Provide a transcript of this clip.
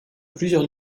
plusieurs